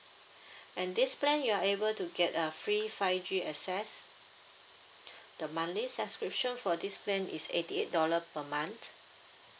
and this plan you are able to get a free five G access the monthly subscription for this plan is eighty eight dollar per month